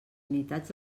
unitats